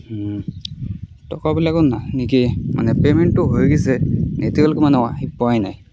টকাবিলাকো নাহে নেকি মানে পেমেণ্টটো হৈ গৈছে এতিয়ালৈকে মানে আহি পোৱাই নাই